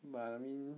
but I mean